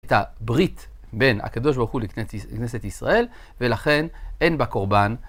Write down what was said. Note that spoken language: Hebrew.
הייתה ברית בין הקדוש ברוך הוא לכנסת ישראל, ולכן אין בה קורבן.